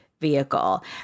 vehicle